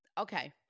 Okay